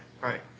right